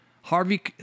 Harvey